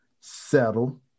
settle